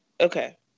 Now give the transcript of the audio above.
okay